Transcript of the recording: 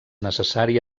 necessari